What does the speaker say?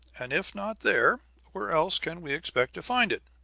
and if not there, where else can we expect to find it?